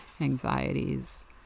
anxieties